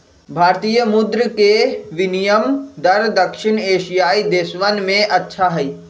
भारतीय मुद्र के विनियम दर दक्षिण एशियाई देशवन में अच्छा हई